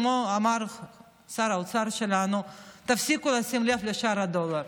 אמר שר האוצר שלנו: תפסיקו לשים לב לשער הדולר.